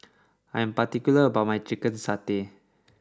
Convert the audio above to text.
I am particular about my Chicken Satay